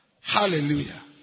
Hallelujah